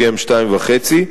PM2.5,